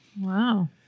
wow